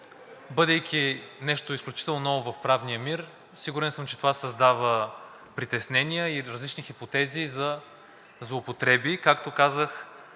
бидейки нещо изключително ново в правния мир, сигурен съм, че това създава притеснения и различни хипотези за злоупотреби. Както казах,